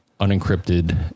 unencrypted